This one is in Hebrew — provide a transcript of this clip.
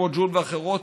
כמו ג'ול ואחרות.